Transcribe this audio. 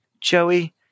Joey